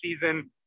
season